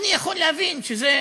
אני יכול להבין שזאת